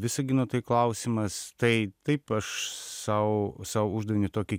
visagino tai klausimas tai taip aš sau sau uždavinį tokį